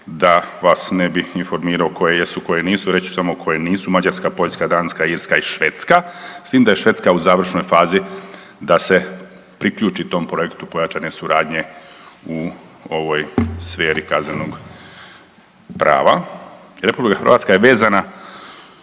da vas ne bih informirao koje jesu koje nisu reći ću samo koje nisu Mađarska, Poljska, Danska, Irska i Švedska s tim da je Švedska u završnoj fazi da se priključit tom projektu pojačanje suradnje u ovoj sferi kaznenog prava. RH je vezana